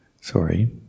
Sorry